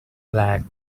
black